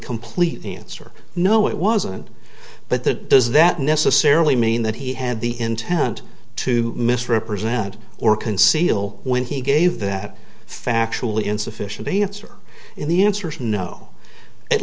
completely answer no it wasn't but that does that necessarily mean that he had the intent to misrepresent or conceal when he gave that factually insufficient answer in the answer no at